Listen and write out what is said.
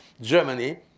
Germany